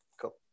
cool